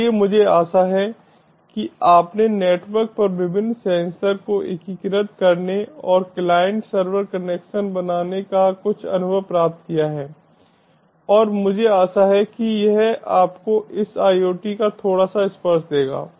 इसलिए मुझे आशा है कि आपने नेटवर्क पर विभिन्न सेंसर को एकीकृत करने और क्लाइंट सर्वर कनेक्शन बनाने का कुछ अनुभव प्राप्त किया है और मुझे आशा है कि यह आपको इस IoT का थोड़ा सा स्पर्श देगा